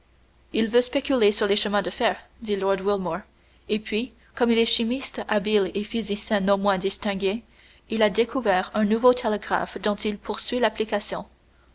il veut spéculer sur les chemins de fer dit lord wilmore et puis comme il est chimiste habile et physicien non moins distingué il a découvert un nouveau télégraphe dont il poursuit l'application